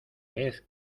vez